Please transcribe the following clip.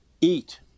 Eat